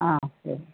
ஆ சரி